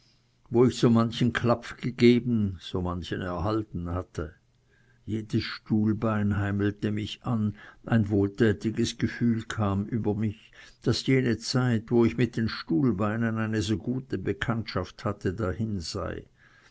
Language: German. wo ich so manchen klapf gegeben so manchen erhalten hatte jedes stuhlbein heimelte mich an ein wohltätiges gefühl kam über mich daß jene zeit wo ich mit den stuhlbeinen eine so gute bekanntschaft hatte dahin sei